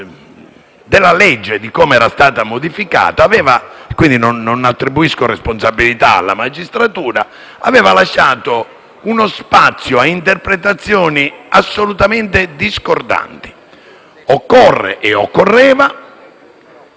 per colpa di come era stata modificata la legge (quindi non attribuisco responsabilità alla magistratura) aveva lasciato uno spazio a interpretazioni assolutamente discordanti. Occorre e occorreva